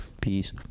Peace